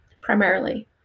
primarily